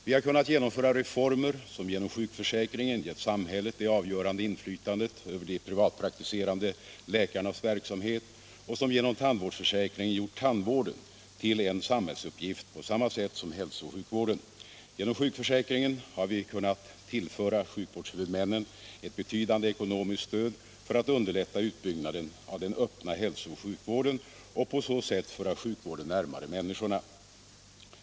Vi har kunnat genomföra reformer som genom sjukförsäkringen gett samhället det avgörande inflytandet över de privatpraktiserande läkarnas verksamhet och som genom tandvårdsförsäkringen gjort tandvården till en samhällets uppgift på samma sätt som hälso och sjukvården. Genom sjukförsäkringen har vi kunnat tillföra sjukvårdshuvudmännen ett betydande ekonomiskt stöd för att underlätta utbyggnaden av den öppna hälso och sjukvården och på så sätt föra sjukvården närmare människorna.